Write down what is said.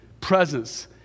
presence